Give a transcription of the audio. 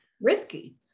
risky